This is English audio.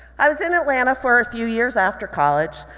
i was in atlanta for a few years after college.